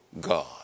God